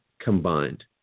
combined